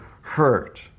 hurt